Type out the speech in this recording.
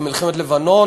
ומלחמת לבנון,